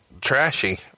trashy